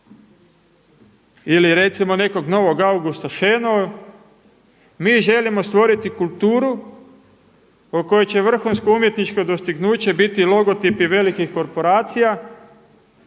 ili recimo nekog novog Augusta Šenou. Mi želimo stvoriti kulturu kojoj će vrhunsko umjetničko dostignuće biti logotipi velikih korporacija,